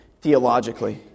theologically